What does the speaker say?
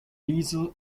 diesel